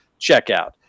checkout